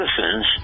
citizens